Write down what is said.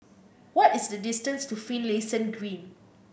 what is the distance to Finlayson Green